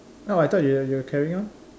no I thought you were you were carrying on